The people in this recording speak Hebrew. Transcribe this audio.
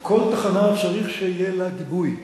כל תחנה צריך שיהיה לה גיבוי.